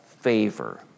favor